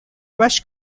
rush